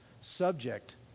subject